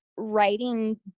Writing